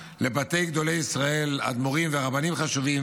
לבתי גדולי ישראל, אדמו"רים ורבנים חשובים,